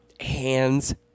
Hands